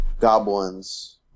goblins